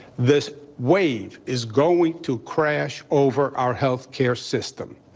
this wave is going to crash over our healthcare system.